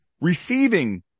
receiving